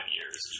years